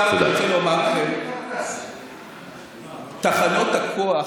עכשיו, אני רוצה לומר לכם, תחנות הכוח,